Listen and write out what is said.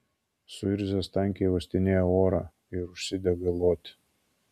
suirzęs tankiai uostinėja orą ir užsidega loti